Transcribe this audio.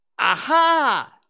Aha